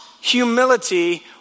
humility